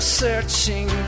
searching